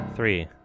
Three